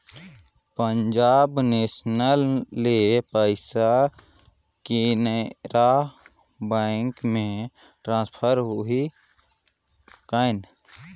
Punjab national ले पइसा Canara bank मे ट्रांसफर होहि कौन?